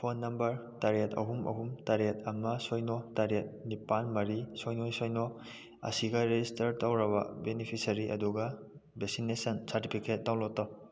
phone number ꯇꯔꯦꯠ ꯑꯍꯨꯝ ꯑꯍꯨꯝ ꯇꯔꯦꯠ ꯑꯃ ꯁꯤꯅꯣ ꯇꯔꯦꯠ ꯅꯤꯄꯥꯜ ꯃꯔꯤ ꯁꯤꯅꯣ ꯁꯤꯅꯣ ꯑꯁꯤꯒ ꯔꯦꯖꯤꯁꯇꯔ ꯇꯧꯔꯕ ꯕꯤꯅꯤꯐꯤꯁꯔꯤ ꯑꯗꯨꯒ ꯚꯦꯁꯤꯅꯦꯁꯟ ꯁꯥꯔꯇꯤꯐꯤꯀꯦꯠ ꯗꯥꯎꯟꯂꯣꯗ ꯇꯧ